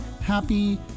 happy